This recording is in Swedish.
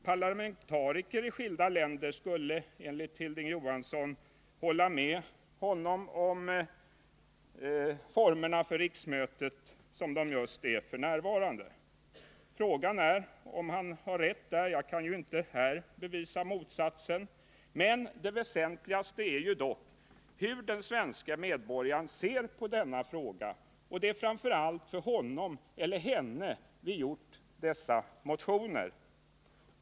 Parlamentariker från skilda länder skulle enligt Hilding Johansson hålla med honom om att de nuvarande formerna för riksmötets öppnande är de rätta. Frågan är emellertid om han har rätt. Jag kan ju inte här bevisa motsatsen. Det väsentliga är dock hur den svenske medborgaren ser på denna fråga. Det är framför allt med tanke på honom eller henne som vi har skrivit dessa motioner.